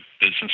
business